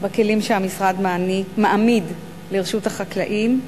בכלים שהמשרד מעמיד לרשות החקלאים.